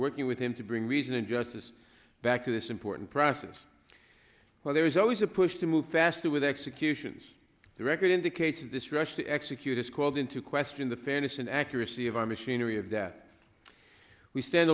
working with him to bring reason and justice back to this important process where there is always a push to move faster with executions the record indicates that this rush to execute is called into question the fairness and accuracy of our machinery of that we stand